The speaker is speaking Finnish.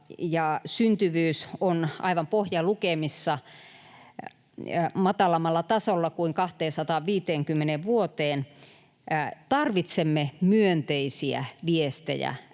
syntyvyys on aivan pohjalukemissa, matalammalla tasolla kuin 250 vuoteen, tarvitsemme myönteisiä viestejä